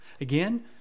Again